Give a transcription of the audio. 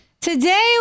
Today